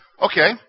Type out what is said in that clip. Okay